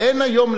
אין היום,